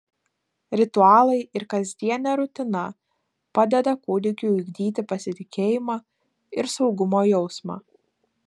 ritualai ir kasdienė rutina padeda kūdikiui ugdyti pasitikėjimą ir saugumo jausmą